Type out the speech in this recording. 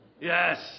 Yes